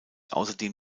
außerdem